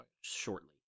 shortly